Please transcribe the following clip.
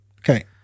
Okay